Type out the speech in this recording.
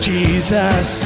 Jesus